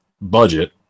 budget